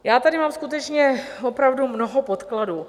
Já tady mám skutečně opravdu mnoho podkladů.